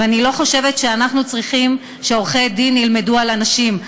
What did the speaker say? ואני לא חושבת שאנחנו צריכים שעורכי דין ילמדו על אנשים.